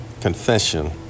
Confession